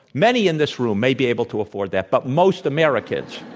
many in this room may be able to afford that, but most americans